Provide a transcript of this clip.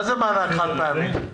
מה זה מענק חד-פעמי?